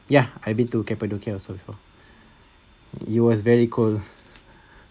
ya I've been to cappadocia also before it was very cold